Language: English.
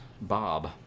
Bob